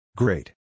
great